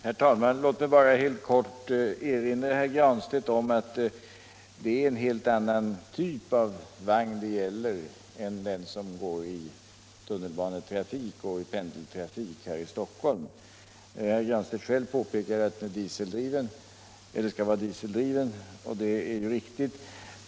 Herr talman! Låt mig bara kort erinra herr Granstedt om att det här gäller en helt annan typ av vagnar än de vagnar som går i tunnelbanetrafik och i pendeltrafik i Stockholmsområdet. Herr Granstedt påpekade själv att vagnen skall vara dieseldriven, och det är riktigt.